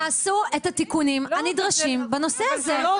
תעשו את התיקונים הנדרשים בנושא הזה.